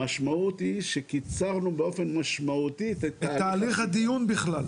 המשמעות היא שקיצרנו באופן משמעותי- -- את תהליך הדיון בכלל.